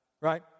right